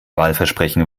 wahlversprechen